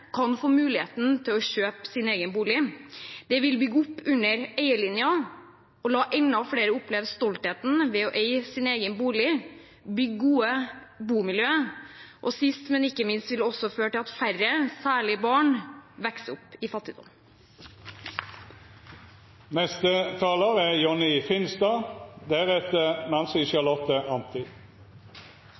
kan få muligheten til å kjøpe sin egen bolig. Det vil bygge opp under eierlinjen og la enda flere oppleve stoltheten ved å eie sin egen bolig, bygge gode bomiljøer, og sist, men ikke minst vil det også føre til at færre barn vokser opp i fattigdom. Et godt samfunn er